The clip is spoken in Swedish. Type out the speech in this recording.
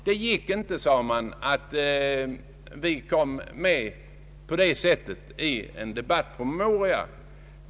Det gick inte, sade man, att vi kom med på det sättet i en debattpromemoria.